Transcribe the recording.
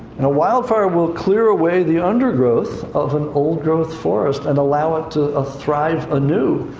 and a wildfire will clear away the undergrowth of an old-growth forest and allow it to ah thrive anew.